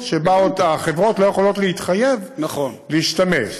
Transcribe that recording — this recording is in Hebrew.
שבה החברות לא יכולות להתחייב להשתמש.